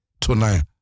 tonight